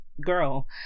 girl